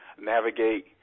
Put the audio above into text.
navigate